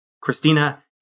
Christina